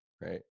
right